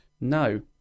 No